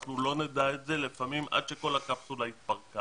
אנחנו לא נדע את זה לפעמים עד שכל הקפסולה התפרקה,